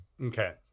Okay